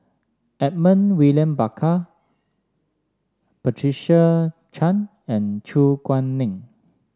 Edmund William Barker Patricia Chan and Su Guaning